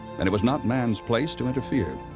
and it was not man's place to interfere.